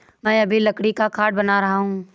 मैं अभी लकड़ी का खाट बना रहा हूं